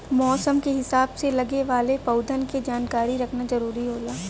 मौसम के हिसाब से लगे वाले पउधन के जानकारी रखना जरुरी होला